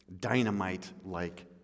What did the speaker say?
dynamite-like